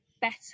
better